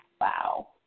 Wow